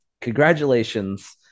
congratulations